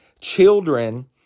children